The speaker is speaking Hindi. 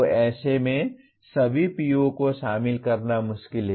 तो ऐसे में सभी PO को शामिल करना मुश्किल है